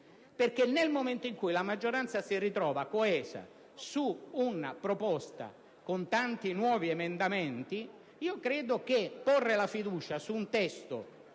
nel momento in cui la maggioranza si ritrova coesa su una proposta con tanti nuovi emendamenti, porre la fiducia su un testo